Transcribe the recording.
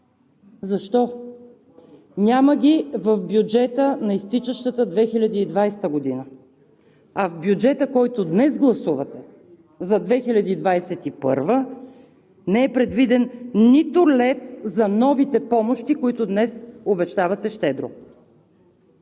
Защо? Няма ги в бюджета на изтичащата 2020 г., а в бюджета, който днес гласувате за 2021 г., не е предвиден нито лев за новите помощи, които обещавате щедро.